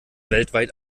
weltweit